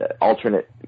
alternate